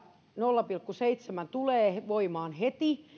nolla pilkku seitsemän tulee voimaan heti